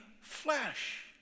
flesh